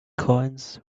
coins